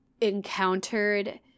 encountered